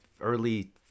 early